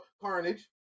Carnage